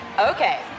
Okay